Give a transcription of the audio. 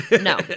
No